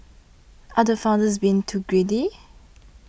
are the founders being too greedy